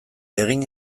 egin